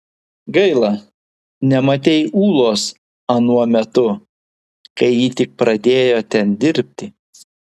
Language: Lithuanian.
gaila nematei ulos anuo metu kai ji tik pradėjo ten dirbti